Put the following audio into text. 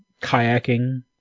kayaking